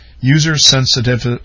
user-sensitive